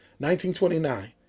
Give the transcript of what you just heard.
1929